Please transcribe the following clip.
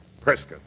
Prescott